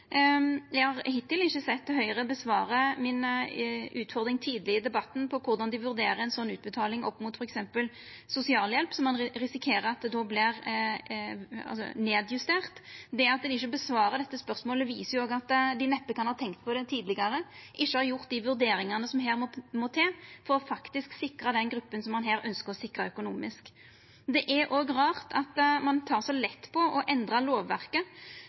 Eg har hittil ikkje sett Høgre svara på utfordringa mi tidleg i debatten på korleis dei vurderer ei sånn utbetaling opp mot f.eks. sosialhjelp, som ein risikerer at då vert justert ned. Det at ein ikkje svarar på dette spørsmålet, viser òg at dei neppe kan ha tenkt på det tidlegare og ikkje har gjort dei vurderingane som her må til for faktisk å sikra den gruppa ein her ønskjer å sikra økonomisk. Det er òg rart at ein tek så lett på å endra lovverket